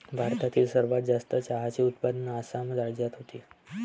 भारतातील सर्वात जास्त चहाचे उत्पादन आसाम राज्यात होते